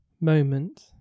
moment